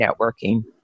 networking